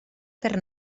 per